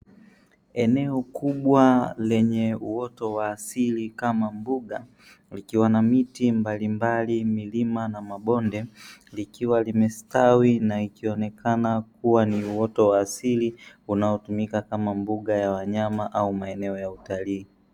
Eneo kubwa lenye uoto wa asili kama mbuga likiwa na miti mbalimbali, milima na mabonde, likiwa limestawi na likionekana kuwa ni uoto wa asili unaotumika kama mbuga ya wanyama au maeneo ya utalii.